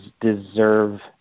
deserve